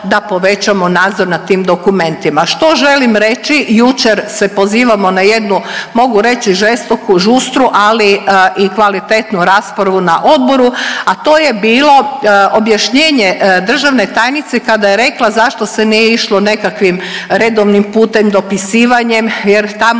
da povećamo nadzor nad tim dokumentima. Što želim reći? Jučer se pozivamo na jednu mogu reći žestoku, žustru, ali i kvalitetnu raspravu na odboru, a to je bilo objašnjenje državne tajnice kada je rekla zašto se nije išlo nekakvim redovnim putem dopisivanjem, jer tamo